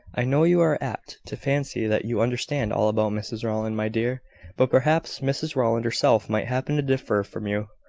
i know you are apt to fancy that you understand all about mrs rowland, my dear but perhaps mrs rowland herself might happen to differ from you,